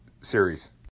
series